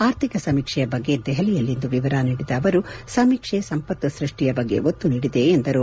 ಆರ್ಥಿಕ ಸಮೀಕ್ಷೆಯ ಬಗ್ಗೆ ದೆಹಲಿಯಲ್ಲಿಂದು ವಿವರ ನೀಡಿದ ಅವರು ಸಮೀಕ್ಷೆ ಸಂಪತ್ತು ಸೃಷ್ಷಿಯ ಬಗ್ಗೆ ಒತ್ತು ನೀಡಿದೆ ಎಂದರು